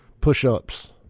push-ups